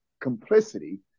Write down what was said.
complicity